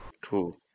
Cool